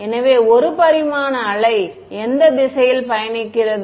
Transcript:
எனவே ஒரு பரிமாண வேவ் எந்த திசையில் பயணிக்கிறது